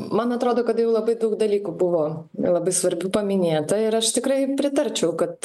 man atrodo kad jau labai daug dalykų buvo labai svarbių paminėta ir aš tikrai pritarčiau kad